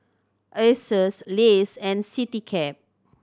Asus Lays and Citycab